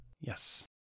Yes